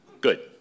Good